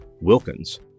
Wilkins